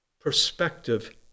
perspective